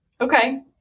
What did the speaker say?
Okay